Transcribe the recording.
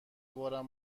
بارم